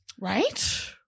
Right